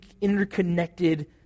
interconnected